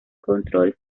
control